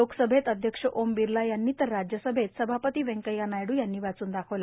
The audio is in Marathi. लोकसभेत अध्यक्ष ओम बिर्ला यांनी तर राज्यसभेत सभापती व्यंकय्या नायडू यांनी वाचून दाखवला